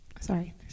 sorry